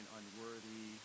unworthy